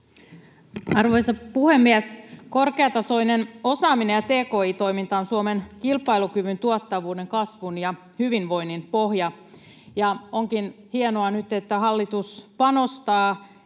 Arvoisa puhemies! Korkeatasoinen osaaminen ja tki-toiminta ovat Suomen kilpailukyvyn, tuottavuuden, kasvun ja hyvinvoinnin pohja. Onkin hienoa nyt, että hallitus panostaa